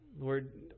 Lord